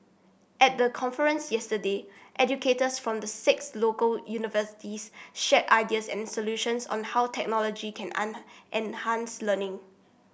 at the conference yesterday educators from the six local universities shared ideas and solutions on how technology can enhance learning